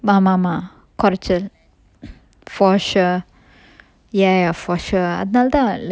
ஆமாமா கொறச்சல்:aamama korachal for sure ya ya ya for sure அதனால தான்:athanala than like it